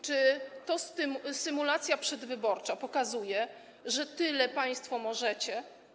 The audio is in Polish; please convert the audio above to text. Czy to symulacja przedwyborcza pokazuje, że tyle państwo możecie?